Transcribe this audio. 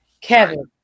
Kevin